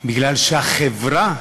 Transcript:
כי החברה,